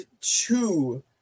two